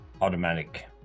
automatic